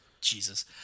Jesus